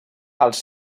els